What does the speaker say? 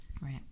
Right